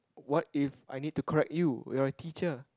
what if I need to correct you you're a teacher